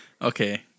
Okay